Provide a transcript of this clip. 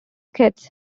kits